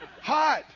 hot